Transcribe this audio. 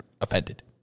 offended